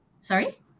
Sorry